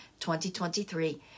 2023